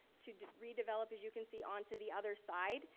to redevelop, as you can see, on to the other side.